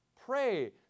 Pray